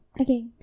Okay